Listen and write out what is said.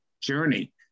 journey